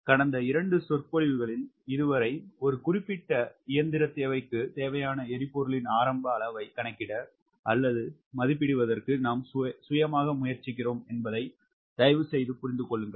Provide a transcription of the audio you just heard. கடந்த 2 சொற்பொழிவுகளில் இதுவரை ஒரு குறிப்பிட்ட இயந்திரத் தேவைக்குத் தேவையான எரிபொருளின் ஆரம்ப அளவைக் கணக்கிட அல்லது மதிப்பிடுவதற்கு நாம் சுயமாகத் முயற்சிக்கிறோம் என்பதை தயவுசெய்து புரிந்து கொள்ளுங்கள்